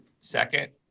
second